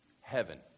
Heaven